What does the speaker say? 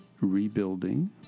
rebuilding